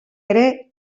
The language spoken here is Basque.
ere